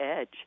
edge